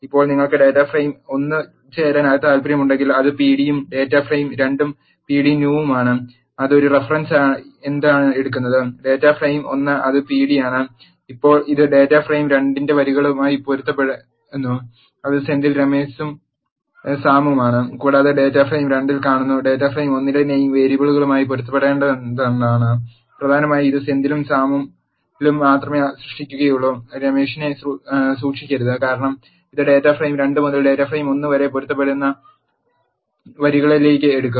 ഇപ്പോൾ നിങ്ങൾക്ക് data frame 1 ൽ ചേരാൻ താൽപ്പര്യമുണ്ടെങ്കിൽ അത് pd ഉം ഡാറ്റാ ഫ്രെയിം 2 ഉം pd new ഉം ആണ് ഒരു റഫറൻസായി എന്താണ് എടുക്കുന്നത് ഡാറ്റാ ഫ്രെയിം 1 അത് പി ഡി ആണ് ഇപ്പോൾ ഇത് ഡാറ്റാ ഫ്രെയിം 2 ന്റെ വരികളുമായി പൊരുത്തപ്പെടുന്നു അത് സെന്തിൽ രാമേസും സാമും ആണ് കൂടാതെ ഡാറ്റാ ഫ്രെയിം 2 ൽ കാണുന്നു ഡാറ്റാ ഫ്രെയിം 1 ലെ നെയിം വേരിയബിളുകളുമായി പൊരുത്തപ്പെടുന്നതെന്താണ് പ്രധാനമായും ഇത് സെന്തിലും സാമിലും മാത്രമേ സൂക്ഷിക്കുകയുള്ളൂ റാമെഷിനെ സൂക്ഷിക്കരുത് കാരണം ഇത് ഡാറ്റാ ഫ്രെയിം 2 മുതൽ ഡാറ്റ ഫ്രെയിം 1 വരെ പൊരുത്തപ്പെടുന്ന വരികളിലേക്ക് എടുക്കും